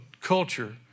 culture